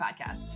Podcast